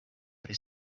pri